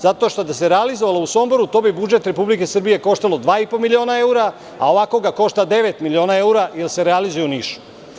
Zato što da se realizovala u Somboru, to bi budžet Republike Srbije koštalo dva i po miliona evra, a ovako ga košta devet miliona evra, jer se realizuje u Nišu.